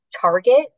target